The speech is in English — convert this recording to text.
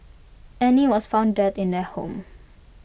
Annie was found dead in their home